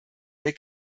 der